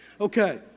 Okay